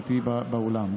שתהיי באולם.